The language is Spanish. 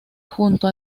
junto